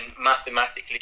mathematically